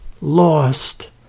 lost